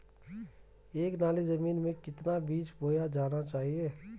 एक नाली जमीन में कितना बीज बोया जाना चाहिए?